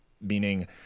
Meaning